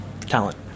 talent